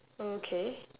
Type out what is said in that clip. okay